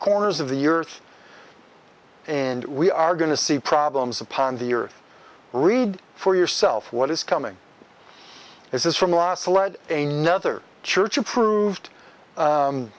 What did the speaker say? corners of the earth and we are going to see problems upon the earth read for yourself what is coming this is from a nother church approved